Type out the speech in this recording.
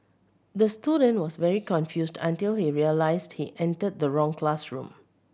the student was very confused until he realised he entered the wrong classroom